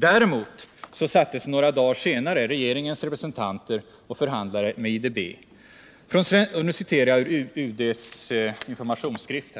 Däremot satte sig några dagar senare regeringens representanter och förhandlade med IDA, och nu citerar jag ur UD:s informationsskrift: